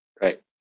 right